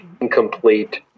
incomplete